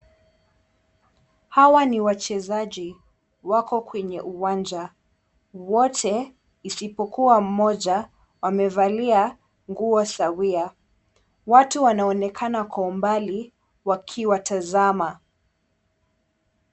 Hawa ni wachezaji wako kwenye uwanja, wote isipokuwa mmoja wamevalia nguo sawia watu wanaonekana kwa umbali wakiwa tazama.